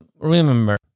Remember